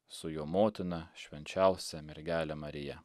su jo motina švenčiausia mergele marija